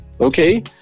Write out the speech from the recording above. okay